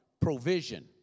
provision